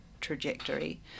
trajectory